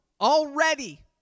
already